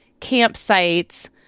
campsites